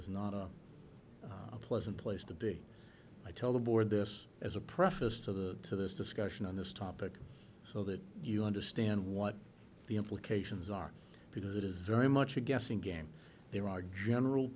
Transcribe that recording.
is not a pleasant place to be i tell the board this as a preface to the to this discussion on this topic so that you understand what the implications are because it is very much a guessing game there are general